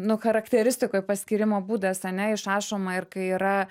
nu charakteristikoj paskyrimo būdas ane išrašoma ir kai yra